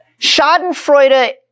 Schadenfreude